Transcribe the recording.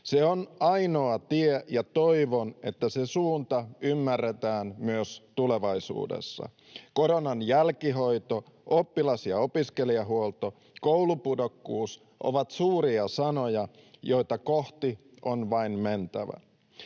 Se on ainoa tie, ja toivon, että se suunta ymmärretään myös tulevaisuudessa. Koronan jälkihoito, oppilas- ja opiskelijahuolto ja koulupudokkuus ovat suuria sanoja, joita kohti on vain mentävä.